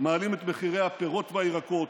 מעלים את מחירי הפירות והירקות,